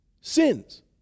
sins